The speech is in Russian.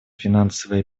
финансовые